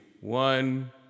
one